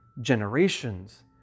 generations